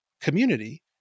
community